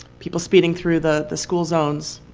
people speeding through the the school zones